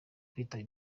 kwitaba